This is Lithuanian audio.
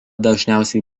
dažniausiai